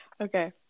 Okay